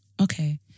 Okay